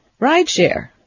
rideshare